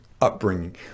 upbringing